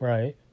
Right